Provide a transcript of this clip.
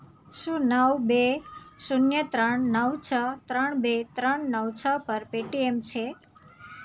શું નવ બે શૂન્ય ત્રણ નવ છ ત્રણ બે ત્રણ નવ છ પર પેટીએમ છે